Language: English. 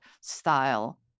style